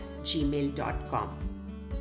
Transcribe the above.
gmail.com